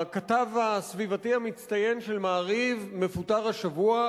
הכתב הסביבתי המצטיין של "מעריב" מפוטר השבוע,